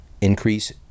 increase